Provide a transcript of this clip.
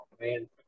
man